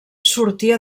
sortia